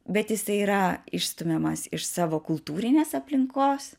bet jisai yra išstumiamas iš savo kultūrinės aplinkos